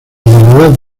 edad